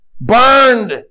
burned